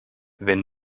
wenn